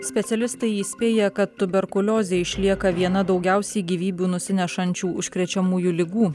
specialistai įspėja kad tuberkuliozė išlieka viena daugiausiai gyvybių nusinešančių užkrečiamųjų ligų